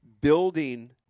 building